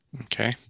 Okay